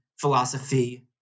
philosophy